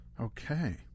Okay